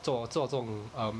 做做这种